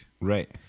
right